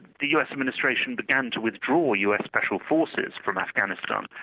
the us administration began to withdraw us special forces from afghanistan, um